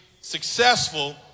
successful